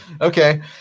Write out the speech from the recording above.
Okay